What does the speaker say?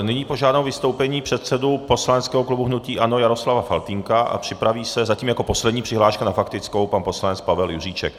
Nyní požádám o vystoupení předsedu poslaneckého klubu hnutí ANO Jaroslava Faltýnka a připraví se, zatím jako poslední přihláška na faktickou, pan poslanec Pavel Juříček.